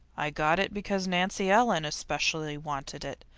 i got it because nancy ellen especially wanted it,